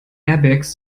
airbags